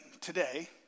today